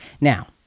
Now